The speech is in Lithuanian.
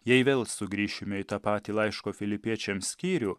jai vėl sugrįšime į tą patį laiško filipiečiams skyrių